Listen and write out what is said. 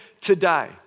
today